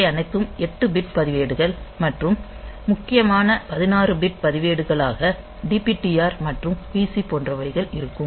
இவை அனைத்தும் 8 பிட் பதிவேடுகள் மற்றும் முக்கியமான 16 பிட் பதிவேடுகளாக DPTR மற்றும் PC போன்றவைகள் இருக்கும்